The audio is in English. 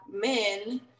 men